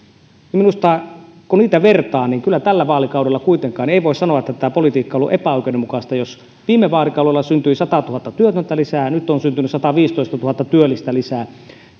niin minusta kun niitä vertaa niin tällä vaalikaudella ei kyllä kuitenkaan voi sanoa että tämä politiikka on ollut epäoikeudenmukaista jos viime vaalikaudella syntyi satatuhatta työtöntä lisää nyt on syntynyt sataviisitoistatuhatta työllistä lisää